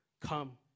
come